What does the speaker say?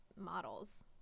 models